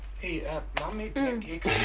hey, mom made pancakes.